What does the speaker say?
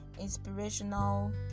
inspirational